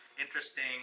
interesting